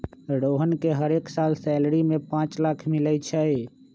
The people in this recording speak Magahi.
रोहन के हरेक साल सैलरी में पाच लाख मिलई छई